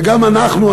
וגם אנחנו,